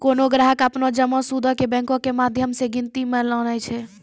कोनो ग्राहक अपनो जमा सूदो के बैंको के माध्यम से गिनती मे लानै छै